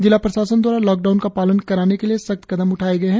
जिला प्रशासन द्वारा लॉकडाउन का पालन कराने के लिए सख्त कदम उठाए गए है